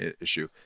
issue